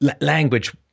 language